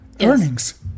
earnings